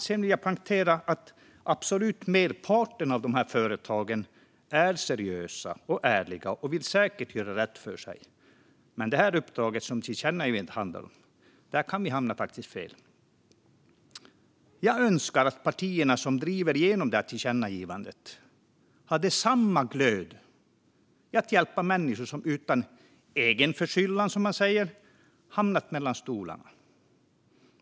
Sedan vill jag poängtera att den absoluta merparten av företagen är seriösa och ärliga och sådana som säkert vill göra rätt för sig. Men när det gäller det uppdrag som tillkännagivandet handlar om kan vi faktiskt hamna fel. Jag skulle önska att partierna som driver igenom tillkännagivandet hade samma glöd när det gäller att hjälpa människor som utan egen förskyllan, som man säger, har hamnat mellan stolarna.